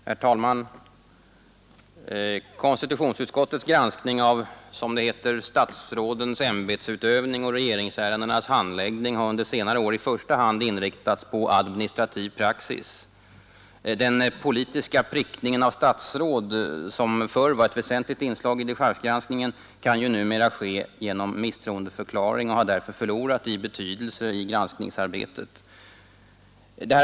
Herr talman! Konstitutionsutskottets granskning av, som det heter, statsrådens ämbetsutövning och regeringsärendenas handläggning har under senare år i första hand inriktats på administrativ praxis. Den Nr 74 politiska prickningen av statsråd, som förr var ett väsentligt inslag i Torsdagen den dechargegranskningen, kan ju numera ske genom misstroendeförklaring 26 april 1973 och har därför förlorat i betydelse i granskningsarbetet.